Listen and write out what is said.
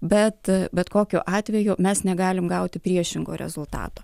bet bet kokiu atveju mes negalim gauti priešingo rezultato